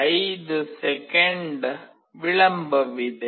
5 second ವಿಳಂಬವಿದೆ